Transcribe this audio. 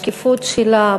בשקיפות שלה,